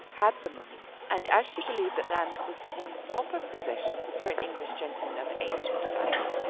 had the money and as she believed that land was the one proper possession for an english gentleman of ancient family,